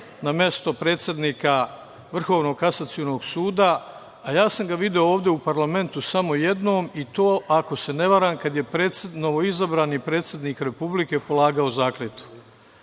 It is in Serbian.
na mestu predsednika Vrhovnog kasacionog suda, a ja sam ga video ovde u parlamentu samo jednom i to, ako se ne varam, kada je novoizabrani predsednik Republike polagao zakletvu. Mislim